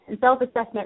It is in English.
self-assessment